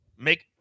make